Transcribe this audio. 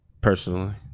Personally